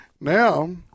Now